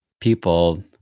people